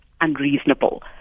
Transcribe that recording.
unreasonable